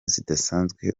zidasanzwe